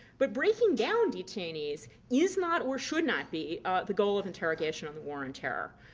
but breaking down detainees is not or should not be the goal of interrogation on the war on terror.